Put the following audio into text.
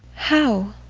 how?